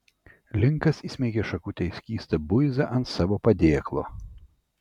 linkas įsmeigė šakutę į skystą buizą ant savo padėklo